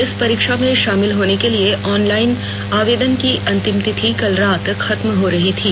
इस परीक्षा में शामिल होने के लिए ऑनलाइन आवेदन की अंतिम तिथि कल रात खत्म हो रही थी